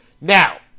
Now